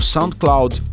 Soundcloud